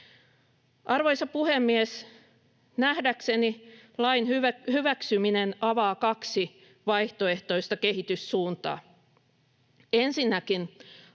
Arvoisa puhemies! Nähdäkseni lain hyväksyminen avaa kaksi vaihtoehtoista kehityssuuntaa.